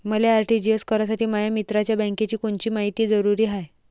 मले आर.टी.जी.एस करासाठी माया मित्राच्या बँकेची कोनची मायती जरुरी हाय?